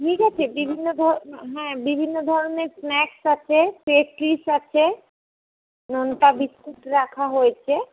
ঠিক আছে বিভিন্ন ধরন হ্যাঁ বিভিন্ন ধরনের স্ন্যাক্স আছে পেস্ট্রিজ আছে নোনতা বিস্কুট রাখা হয়েছে